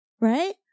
right